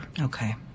Okay